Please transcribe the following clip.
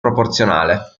proporzionale